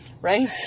right